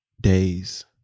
days